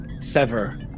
sever